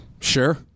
Sure